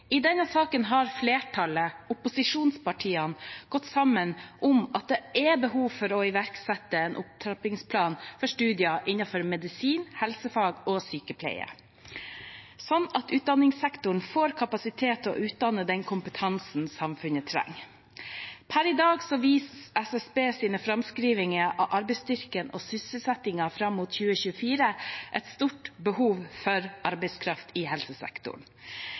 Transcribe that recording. I denne saken har flertallet, opposisjonspartiene, gått sammen om at det er behov for å iverksette en opptrappingsplan for studier innenfor medisin, helsefag og sykepleie, slik at utdanningssektoren får kapasitet til å utdanne den kompetansen samfunnet trenger. Per i dag viser Statistisk sentralbyrås framskrivninger av arbeidsstyrken og sysselsettingen fram mot 2024 et stort behov for arbeidskraft i helsesektoren.